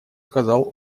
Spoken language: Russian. сказал